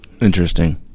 Interesting